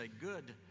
good